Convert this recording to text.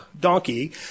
donkey